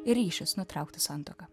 ir ryšis nutraukti santuoką